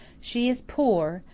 she is poor,